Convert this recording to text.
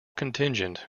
contingent